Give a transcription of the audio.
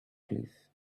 cliff